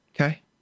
okay